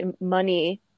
money